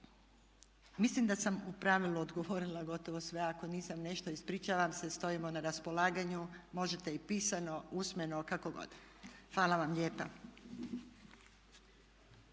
Mislim da sam u pravilu odgovorila gotovo sve. Ako nisam nešto ispričavam se. Stojimo na raspolaganju, možete i pismeno, usmeno kako god. Hvala vam lijepa.